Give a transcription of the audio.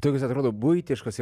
tokios atrodo buitiškos